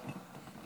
ומלואו,